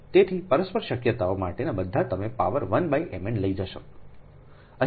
તેથી પરસ્પર શક્યતાઓ માટેનાં બધાં તમે પાવર 1 mn લઈ જશો